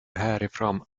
härifrån